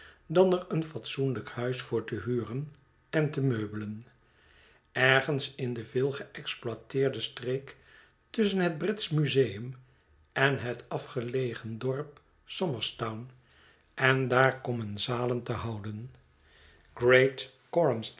dan er een fatsoenlijk huis voor te huren en te meubelen ergens in de veel geexploiteerde streek tusschen het britsch museum en het afgelegen dorp somers'town en daar commensalen te houden great